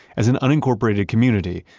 as an unincorporated community,